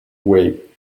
wait